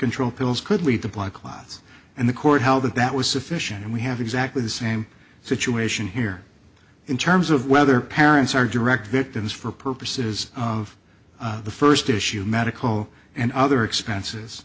control pills could lead to blood clots and the court held that that was sufficient and we have exactly the same situation here in terms of whether parents are direct victims for purposes of the first issue medical and other expenses